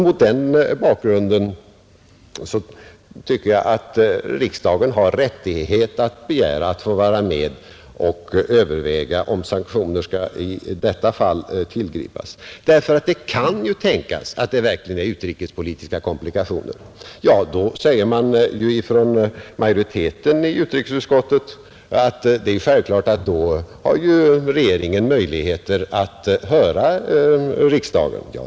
Mot den bakgrunden tycker jag att riksdagen har rättighet att begära att i detta fall få vara med och överväga om sanktioner skall tillgripas. Det kan ju tänkas att utrikespolitiska komplikationer verkligen föreligger. Majoriteten i utrikesutskottet säger att det i så fall är självklart att regeringen har möjligheter att höra riksdagen.